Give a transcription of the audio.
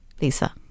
Lisa